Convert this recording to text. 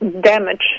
Damage